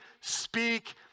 speak